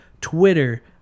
Twitter